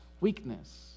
weakness